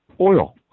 Oil